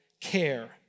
care